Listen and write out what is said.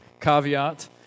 caveat